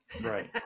Right